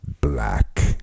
black